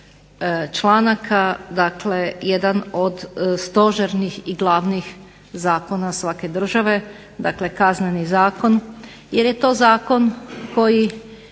članaka, dakle jedan od stožernih i glavnih zakona svake države, dakle Kazneni zakon, jer je to zakon koji